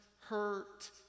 hurt